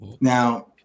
now